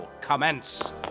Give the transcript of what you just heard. commence